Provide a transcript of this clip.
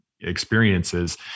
experiences